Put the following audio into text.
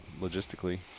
logistically